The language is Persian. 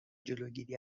جلوگیری